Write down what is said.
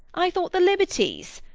i thought the liberties.